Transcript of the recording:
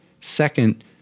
Second